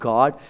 God